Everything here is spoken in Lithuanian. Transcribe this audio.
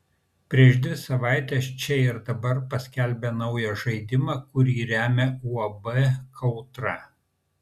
prieš dvi savaites čia ir dabar paskelbė naują žaidimą kurį remia uab kautra